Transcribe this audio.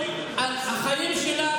תצביעו, את החיים שלנו.